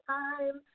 time